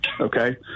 okay